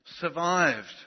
survived